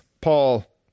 Paul